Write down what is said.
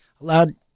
allowed